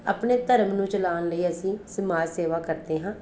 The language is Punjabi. ਆਪਣੇ ਧਰਮ ਨੂੰ ਚਲਾਉਣ ਲਈ ਅਸੀਂ ਸਮਾਜ ਸੇਵਾ ਕਰਦੇ ਹਾਂ